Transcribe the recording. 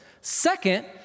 Second